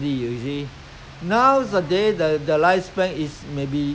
try try to try to suit the suit the life~ lifespan lor what to do